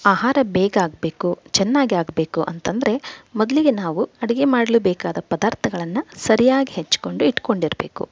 ಆಹಾರ ಬೇಗ ಆಗಬೇಕು ಚೆನ್ನಾಗಿ ಆಗಬೇಕು ಅಂತಂದರೆ ಮೊದಲಿಗೆ ನಾವು ಅಡಿಗೆ ಮಾಡಲು ಬೇಕಾದ ಪದಾರ್ಥಗಳನ್ನು ಸರಿಯಾಗಿ ಹೆಚ್ಚಿಕೊಂಡು ಇಟ್ಟುಕೊಂಡಿರಬೇಕು